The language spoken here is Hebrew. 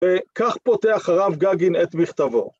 וכך פותח הרב גגין את מכתבו.